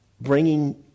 bringing